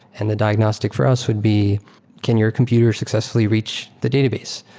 and the diagnostic for us would be can your computer successfully reach the database?